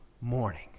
morning